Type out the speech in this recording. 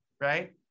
right